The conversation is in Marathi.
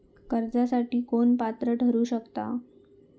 कर्जासाठी कोण पात्र ठरु शकता?